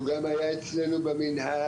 הוא גם היה אצלנו במינהל,